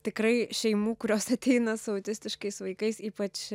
tikrai šeimų kurios ateina su autistiškais vaikais ypač